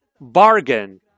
Bargain